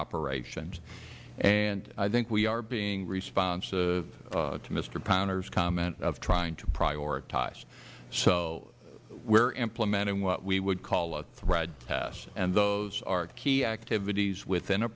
operations and i think we are being responsive to mister powner's comment of trying to prioritize so we are implementing what we would call a thread test and those are key activities within a